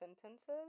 sentences